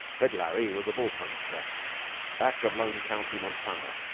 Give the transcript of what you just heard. red larry was a bull-puncher back of lone county, montana,